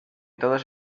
todos